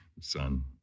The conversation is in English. son